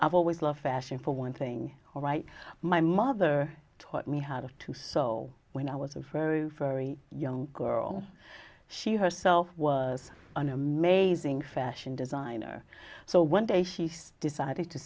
i've always loved fashion for one thing all right my mother taught me how to do so when i was a young girl she herself was an amazing fashion designer so one day she's decided to